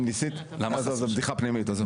זו בדיחה פנימית, עזוב.